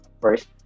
first